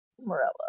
Morella